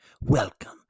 Welcome